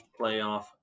playoff